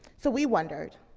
so we wondered,